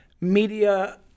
media